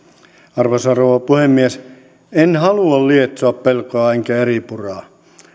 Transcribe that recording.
arvoisa rouva puhemies en halua lietsoa pelkoa enkä eripuraa